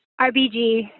RBG